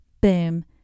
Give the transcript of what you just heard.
Boom